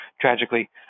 Tragically